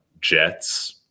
Jets